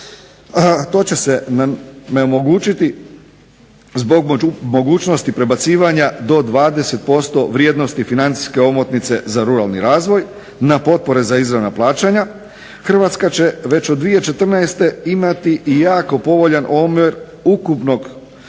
to će omogućiti zbog mogućnosti prebacivanja do 20% vrijednosti financijske omotnice za ruralni razvoj na potpore za izravna plaćanja, Hrvatska će već od 2014. imati i jako povoljan omjer ukupnog sufinanciranja